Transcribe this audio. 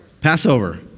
Passover